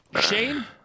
Shane